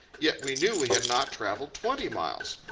yet we knew we had not travelled twenty miles.